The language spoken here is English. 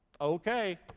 Okay